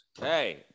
Hey